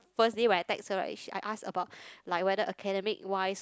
first day when I text her right I ask about like whether academic wise